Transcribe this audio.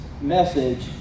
message